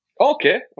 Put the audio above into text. Okay